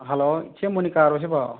hello ꯏꯆꯦ ꯃꯣꯅꯤꯀꯥꯔꯣ ꯁꯤꯕꯣ